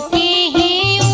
e